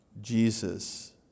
Jesus